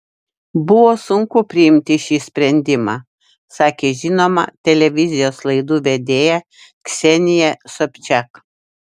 buvo sunku priimti šį sprendimą sakė žinoma televizijos laidų vedėja ksenija sobčiak